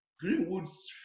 Greenwood's